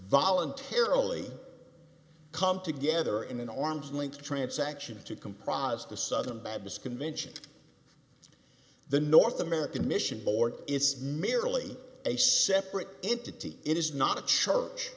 voluntarily come together in an arm's length transaction to comprise the southern baptist convention the north american mission board it's merely a separate entity it is not a church